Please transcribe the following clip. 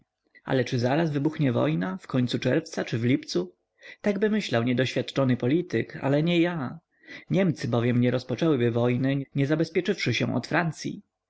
ale czy zaraz wybuchnie wojna wkońcu czerwca czy w lipcu takby myślał niedoświadczony polityk ale nie ja niemcy bowiem nie rozpoczęłyby wojny nie zabezpieczywszy się od francyi